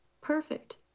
perfect